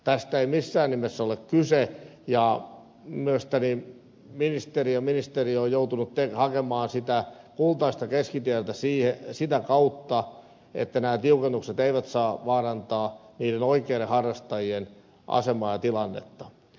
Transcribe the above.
tästä ei missään nimessä ole kyse ja mielestäni ministeri ja ministeriö ovat joutuneet hakemaan sitä kultaista keskitietä sitä kautta että nämä tiukennukset eivät saa vaarantaa niiden oikeiden harrastajien asemaa ja tilannetta